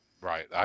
Right